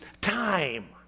time